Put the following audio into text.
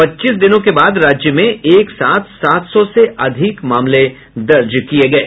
पच्चीस दिनों के बाद राज्य में एक साथ सात सौ से अधिक मामले दर्ज किये गये